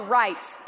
rights